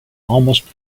almost